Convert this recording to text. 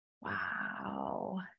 wow